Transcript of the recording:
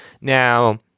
Now